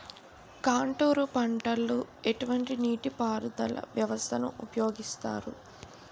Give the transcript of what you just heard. Contour పంటకు ఎటువంటి నీటిపారుదల వ్యవస్థను ఉపయోగిస్తారు?